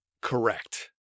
Correct